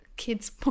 kids